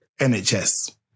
NHS